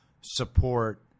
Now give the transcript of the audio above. support